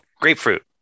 grapefruit